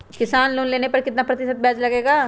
किसान लोन लेने पर कितना प्रतिशत ब्याज लगेगा?